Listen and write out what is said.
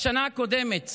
בשנה הקודמת